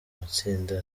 amatsinda